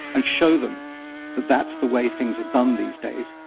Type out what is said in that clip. and show them that that's the way things are done these days.